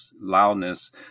loudness